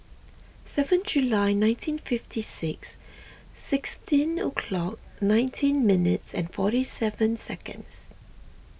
seven July nineteen fifty six sixteen o'clock nineteen minutes and forty seven seconds